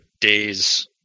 days